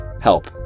help